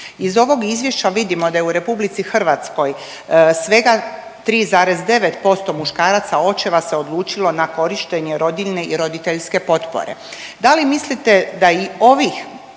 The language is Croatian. Iz ovog izvješća vidimo da je u RH svega 3,9% muškaraca, očeva, se odlučilo na korištenje rodiljne i roditeljske potpore.